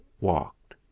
walked